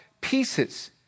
pieces